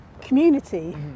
community